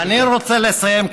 אני רוצה לסיים.